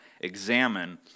examine